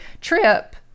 trip